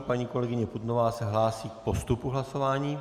Paní kolegyně Putnová se hlásí k postupu hlasování.